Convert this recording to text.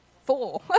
Four